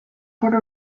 puerto